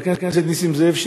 חבר הכנסת נסים זאב,